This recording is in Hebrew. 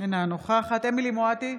אינה נוכחת אמילי חיה מואטי,